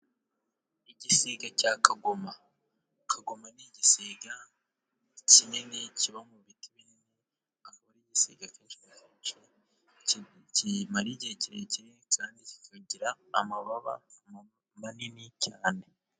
Igisiga cya kagoma. Kagoma ni igisiga kinini kiba mu biti binini, aho igisiga kenshi na kenshi kimara igihe kirekire, kandi kikagira amababa manini cyane.